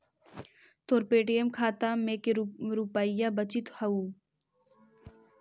तोर पे.टी.एम खाता में के रुपाइया बचित हउ